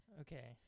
okay